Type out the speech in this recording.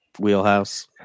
wheelhouse